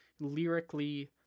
lyrically